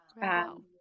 Wow